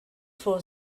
for